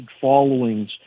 followings